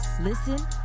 Listen